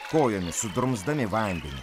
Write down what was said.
kojomis sudrumsdami vandenį